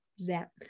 Zap